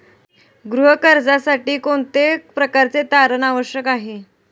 गृह कर्जासाठी कोणत्या प्रकारचे तारण आवश्यक आहे?